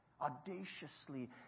audaciously